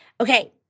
Okay